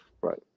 right